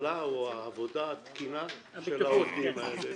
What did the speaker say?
ההצלה או העבודה התקינה של העובדים האלה.